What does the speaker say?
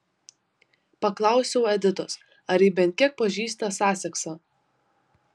paklausiau editos ar ji bent kiek pažįsta saseksą